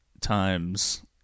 times